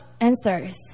answers